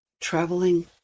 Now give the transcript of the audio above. traveling